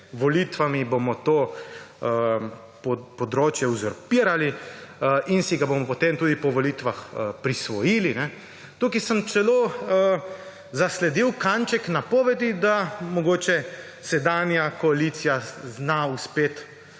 volitvami to področje uzurpirali in si ga bomo potem tudi po volitvah prisvojili. Tukaj sem celo zasledil kanček napovedi, da mogoče sedanja koalicija zna uspeti,